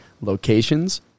locations